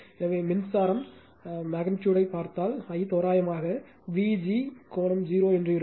எனவே மின்சாரம் மெக்னிட்யூடு பார்த்தால் I தோராயமாக Vg கோணம் 0 என்று இருக்கும்